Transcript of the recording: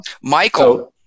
Michael –